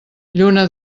lluna